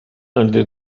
under